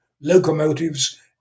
locomotives